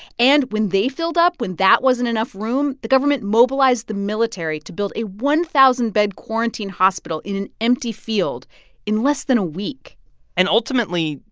and when they filled up when that wasn't enough room, the government mobilized the military to build a one thousand bed quarantine hospital in an empty field in less than a week and ultimately,